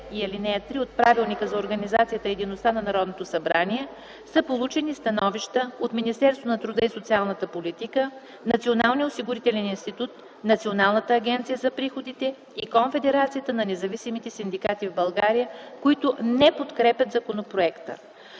и ал. 3 от Правилника за организацията и дейността на Народното събрание са получени становища от Министерството на труда и социалната политика, Националния осигурителен институт, Националната агенция за приходите и Конфедерацията на независимите синдикати в България, които не подкрепят законопроекта.